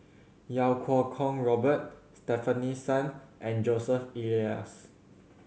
Iau Kuo Kwong Robert Stefanie Sun and Joseph Elias